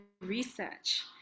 research